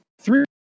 Three